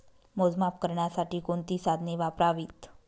मोजमाप करण्यासाठी कोणती साधने वापरावीत?